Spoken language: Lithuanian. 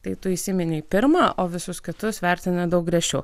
tai tu įsiminei pirma o visus kitus vertina daug griežčiau